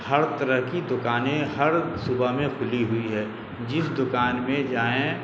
ہر طرح کی دکانیں ہر صبح میں کھلی ہوئی ہے جس دکان میں جائیں